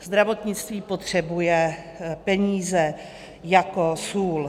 Zdravotnictví potřebuje peníze jako sůl.